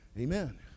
amen